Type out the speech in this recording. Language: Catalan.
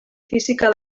física